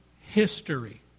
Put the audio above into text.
history